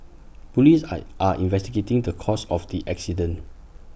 Police are are investigating the cause of the accident